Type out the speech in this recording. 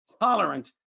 tolerant